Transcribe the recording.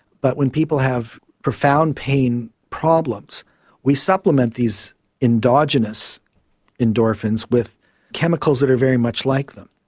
but when people have profound pain problems we supplement these endogenous endorphins with chemicals that are very much like them.